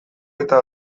eta